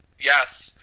yes